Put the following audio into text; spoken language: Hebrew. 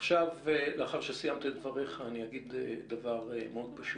לאחר שסיימת את דבריך ואגיד דבר מאוד פשוט: